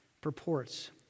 purports